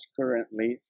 currently